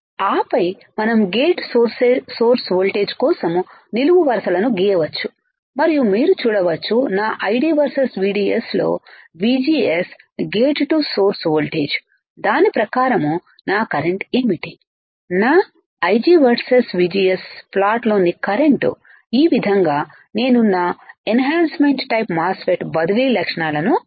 ఆ పై మనం గేట్ సోర్స్ వోల్టేజ్ కోసం నిలువు వరుసలను గీయవచ్చు మరియు మీరు చూడవచ్చు నా IDవర్సెస్ VDS లో VGS gate to source voltage దాని ప్రకారం నా కరెంట్ ఏమిటి నా Ig వర్సెస్ VGS ప్లాట్లోనికరెంట్ఈ విధంగా నేను నా ఎన్హాన్సమెంట్ టైపు మాస్ ఫెట్ బదిలీ లక్షణాలను పొందాను